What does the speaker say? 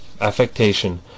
affectation